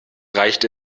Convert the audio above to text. reicht